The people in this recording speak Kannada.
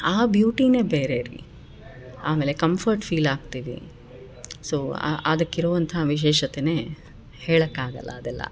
ಆ ಬ್ಯೂಟಿನೆ ಬೇರೆರಿ ಆಮೇಲೆ ಕಂಫರ್ಟ್ ಫೀಲ್ ಆಗ್ತಿವಿ ಸೊ ಅದಕ್ಕೆ ಇರುವಂತಹ ವಿಶೇಷತೆ ಹೇಳೋಕಾಗಲ್ಲ ಅದೆಲ್ಲ